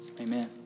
Amen